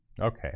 Okay